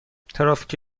ترافیک